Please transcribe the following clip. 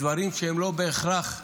דברים שהם לא בהכרח פרופסיונליים,